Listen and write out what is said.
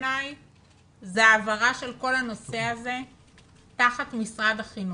היא העברת כל הנושא הזה תחת משרד החינוך.